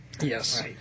Yes